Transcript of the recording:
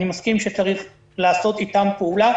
אני מסכים שצריך לעשות איתם פעולה.